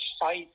Fight